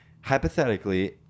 hypothetically